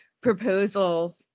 proposal